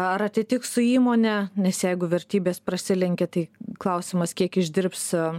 ar atsitiks su įmone nes jeigu vertybės prasilenkia tai klausimas kiek išdirbs